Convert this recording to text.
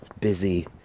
busy